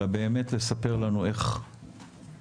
אלא באמת לספר לנו איך מתייחסים,